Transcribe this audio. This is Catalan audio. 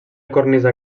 cornisa